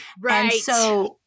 Right